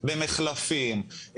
במחלפים,